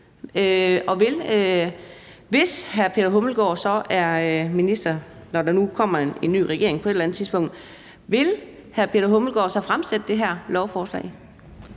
hvis han så er minister, når der nu kommer en ny regering på et eller andet tidspunkt, så fremsætte det her lovforslag?